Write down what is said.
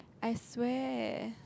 I swear